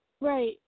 Right